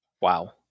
wow